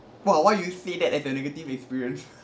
!wah! why you see that as the negative experience